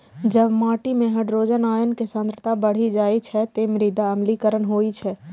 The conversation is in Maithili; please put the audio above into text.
जब माटि मे हाइड्रोजन आयन के सांद्रता बढ़ि जाइ छै, ते मृदा अम्लीकरण होइ छै